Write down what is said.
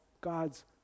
God's